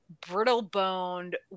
brittle-boned